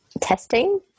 testing